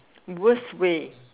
worst way